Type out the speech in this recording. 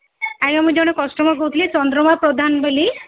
ଆଜ୍ଞା ମୁଁ ଜଣେ କଷ୍ଟମର୍ କହୁଥିଲି ଚନ୍ଦ୍ରମା ପ୍ରଧାନ ବୋଲି